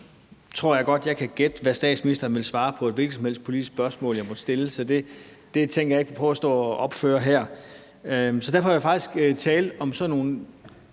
jeg tror, jeg godt kan gætte, hvad statsministeren vil svare på et hvilket som helst politisk spørgsmål, jeg måtte stille; så det agter jeg ikke at stå og opføre her. Derfor vil jeg faktisk tale om sådan nogle